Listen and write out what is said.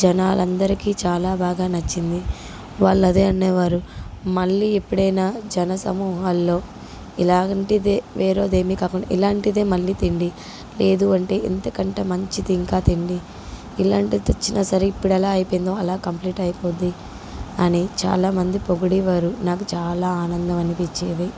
జనాలందరికీ చాలా బాగా నచ్చింది వాళ్ళదే అనేవారు మళ్ళీ ఎప్పుడైనా జన సమూహాల్లో ఇలాంటిదే వేరేదేమి కాకుండా ఇలాంటిదే మళ్ళీ తిండి లేదు అంటే ఇంతకంటే మంచిది ఇంకా తిండి ఇలాంటిది తెచ్చినా సరే ఇప్పుడెలా అయిపోయిందో అలా కంప్లీట్ అయిపోద్ది అని చాలామంది పొగిడేవారు నాకు చాలా ఆనందం అనిపించేది